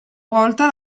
volta